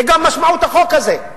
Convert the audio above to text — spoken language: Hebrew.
זה גם משמעות החוק הזה.